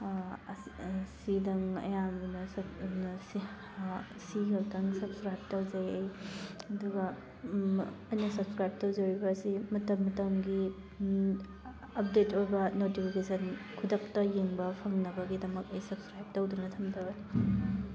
ꯑꯁꯤ ꯁꯤꯗꯪ ꯑꯌꯥꯝꯕꯅꯁꯨ ꯎꯅꯁꯤ ꯁꯤ ꯈꯛꯇꯪ ꯁꯞꯁꯀ꯭ꯔꯥꯏꯞ ꯇꯧꯖꯩ ꯑꯩ ꯑꯗꯨꯒ ꯑꯩꯅ ꯁꯞꯁꯀ꯭ꯔꯥꯏꯞ ꯇꯧꯖꯔꯤꯕ ꯑꯁꯤ ꯃꯇꯝ ꯃꯇꯝꯒꯤ ꯑꯞꯗꯦꯠ ꯑꯣꯏꯕ ꯅꯣꯇꯤꯐꯤꯀꯦꯁꯟ ꯈꯨꯗꯛꯇ ꯌꯦꯡꯕ ꯐꯪꯅꯕꯒꯤꯗꯃꯛ ꯑꯩ ꯁꯞꯁꯀ꯭ꯔꯥꯏꯞ ꯇꯧꯗꯨꯅ ꯊꯝꯖꯕꯅꯤ